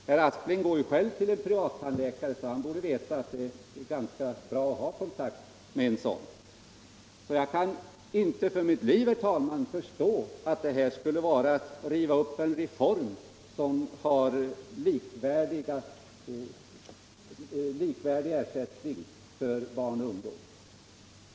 Herr Aspling går själv till en privat tandläkare, så han borde veta att det är ganska bra att ha kontakt med en sådan. Jag kan inte för mitt liv, herr talman, förstå att detta skulle vara att riva upp en reform som ger likvärdig ersättning till barn och ungdom.